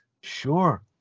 sure